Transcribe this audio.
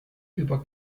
über